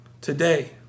today